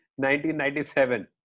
1997